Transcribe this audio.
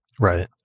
Right